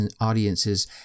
audiences